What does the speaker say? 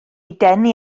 denu